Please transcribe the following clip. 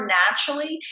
naturally